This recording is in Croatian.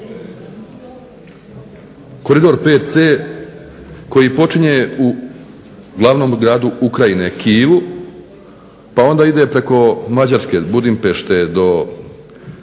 koridor VC koji počinje u glavnom gradu Ukrajine Kijevu, pa onda ide preko Mađarske Budimpešte do naše